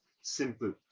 simple